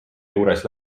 juures